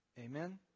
amen